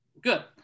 Good